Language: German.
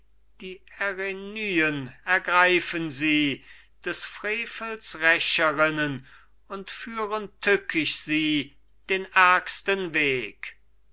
die erinnyen ergreifen sie des frevels rächerinnen und führen tückisch sie den ärgsten weg